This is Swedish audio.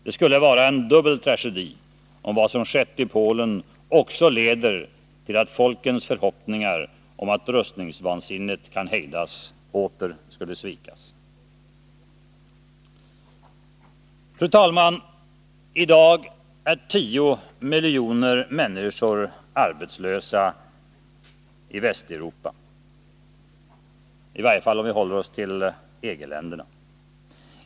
Det skulle vara en dubbel tragedi om vad som skett i Polen också leder till att folkens förhoppningar om att rustningsvansinnet kan hejdas åter sviks. Fru talman! I dag är 10 miljoner människor i Västeuropa arbetslösa, i varje fall om vi håller oss till EG-länderna.